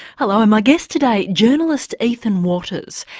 hello, and my guest today, journalist ethan watters,